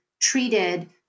treated